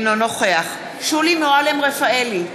אינו נוכח שולי מועלם-רפאלי,